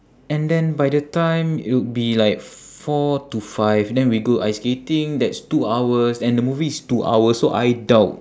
and then by the time it would be like four to five then we go ice skating that's two hours and the movie is two hours so I doubt